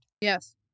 Yes